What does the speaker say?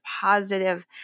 positive